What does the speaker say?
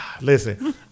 Listen